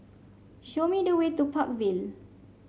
show me the way to Park Vale